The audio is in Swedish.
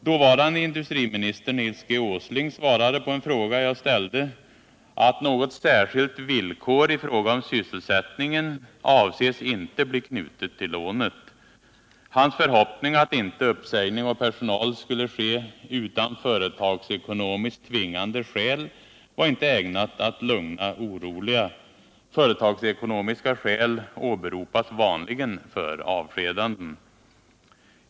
Dåvarande industriministern Nils G. Åsling svarade på en fråga jag ställde att ”något särskilt villkor i fråga om sysselsättningen avses inte bli knutet till lånet”. Hans förhoppning att inte uppsägning av personal skulle ske ”utan företagsekonomiskt tvingande skäl” var inte ägnat att lugna oroliga. Företagsekonomiska skäl åberopas vanligen för avskedanden.